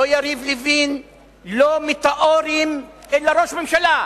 לא יריב לוין, לא מטאורים, אלא ראש ממשלה.